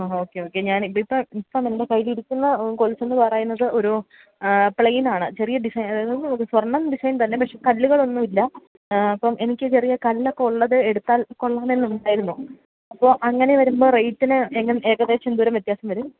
ആ okay okay ഞാന് ഇതിപ്പം ഇപ്പം എന്റെ കയ്യിലിരിക്കുന്ന കൊലുസെന്ന് പറയുന്നത് ഒരു പ്ലേയിനാണ് ചെറിയ ഡിസൈന് അതായത് സ്വര്ണം ഡിസൈന് തന്നെ പക്ഷേ കല്ലുകളൊന്നും ഇല്ല അപ്പം എനിക്ക് ചെറിയ കല്ലൊക്കെ ഉള്ളത് എടുത്താല് കൊള്ളാമെന്ന് ഉണ്ടായിരുന്നു അപ്പോൾ അങ്ങനെ വരുമ്പോൾ റേറ്റിന് എങ്ങനെ ഏകദേശം എന്തോരം വ്യത്യാസം വരും